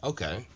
Okay